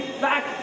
back